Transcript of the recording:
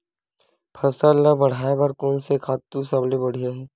फसल ला बढ़ाए बर कोन से खातु सबले बढ़िया हे?